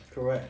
correct